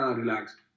relaxed